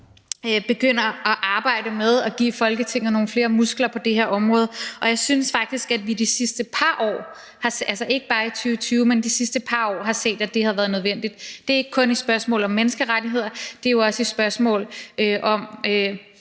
begynder at arbejde med at give Folketinget nogle flere muskler på det her område, og jeg synes faktisk, at vi de sidste par år, altså ikke bare i 2020, men de sidste par år, har set, at det har været nødvendigt. Det er ikke kun et spørgsmål om menneskerettigheder; det er jo også et spørgsmål om,